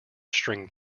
string